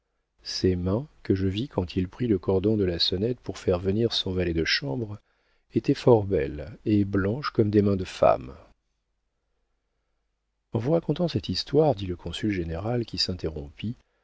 ses mains que je vis quand il prit le cordon de la sonnette pour faire venir son valet de chambre étaient fort belles et blanches comme des mains de femme en vous racontant cette histoire dit le consul général qui s'interrompit